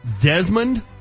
Desmond